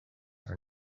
are